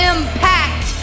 Impact